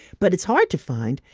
but it's hard to find.